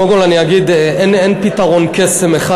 קודם כול אני אגיד שאין פתרון קסם אחד,